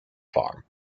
farm